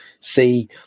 see